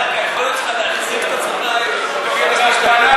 היכולת שלך להחזיק את עצמך היום היא כל כך,